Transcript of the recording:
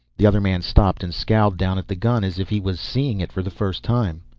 the other man stopped and scowled down at the gun as if he was seeing it for the first time.